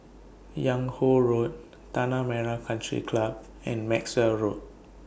Yung Ho Road Tanah Merah Country Club and Maxwell Road